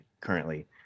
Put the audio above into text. currently